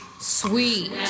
sweet